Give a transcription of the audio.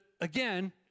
again